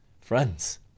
Friends